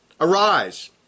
arise